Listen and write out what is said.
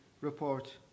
report